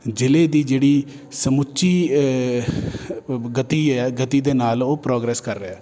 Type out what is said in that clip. ਜ਼ਿਲ੍ਹੇ ਦੀ ਜਿਹੜੀ ਸਮੁੱਚੀ ਗਤੀ ਹੈ ਗਤੀ ਦੇ ਨਾਲ ਉਹ ਪ੍ਰੋਗਰੈਸ ਕਰ ਰਿਹਾ